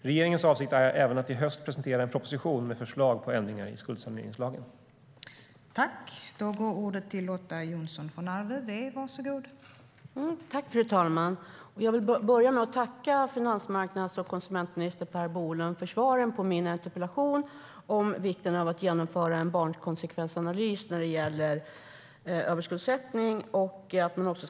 Regeringens avsikt är även att i höst presentera en proposition med förslag på ändringar i skuldsaneringslagen.